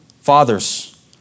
Fathers